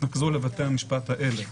יתנקזו לבתי המשפט האלה.